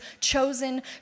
chosen